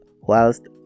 whilst